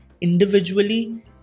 individually